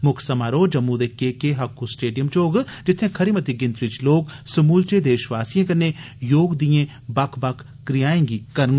मुक्ख समारोह जम्मू दे के के हक्कू स्टेडियम च होग जित्थें खरी मती गिनतरी च लोक समूलचे देषवासिएं कन्नै योग दिएं बक्ख बक्ख क्रियाएं गी करङन